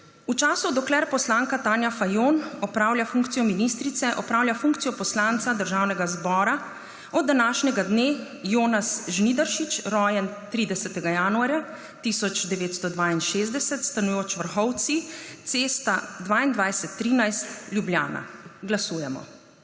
V času, dokler poslanka Tanja Fajon opravlja funkcijo ministrice, opravlja funkcijo poslanca Državnega zbora od današnjega dne Jonas Žnidaršič, rojen 30. januarja 1962, stanujoč Vrhovci, Cesta XXII 13, Ljubljana. Glasujemo.